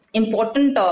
important